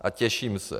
A těším se.